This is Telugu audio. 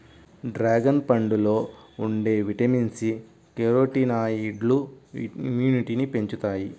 డ్రాగన్ పండులో ఉండే విటమిన్ సి, కెరోటినాయిడ్లు ఇమ్యునిటీని పెంచుతాయి